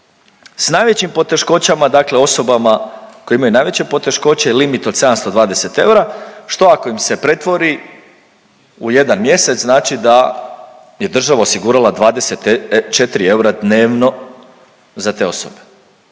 s najvećim poteškoćama dakle osobama koje imaju najveće poteškoće limit od 720 eura, što ako im se pretvori u jedan mjesec znači da je država osigurala 24 eura dnevno za te osobe